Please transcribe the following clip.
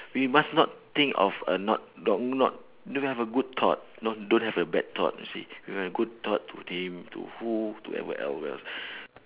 we must not think of a not but do not don't have a good thought don't don't have a bad thought you see we must have good thought to think to who to whoever else who else